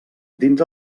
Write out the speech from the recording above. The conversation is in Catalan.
dins